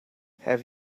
have